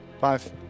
five